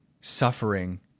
suffering